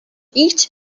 eat